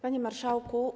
Panie Marszałku!